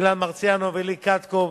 אילן מרסיאנו ולי קטקוב,